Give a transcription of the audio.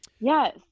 Yes